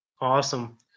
Awesome